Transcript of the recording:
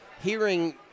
hearing